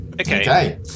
Okay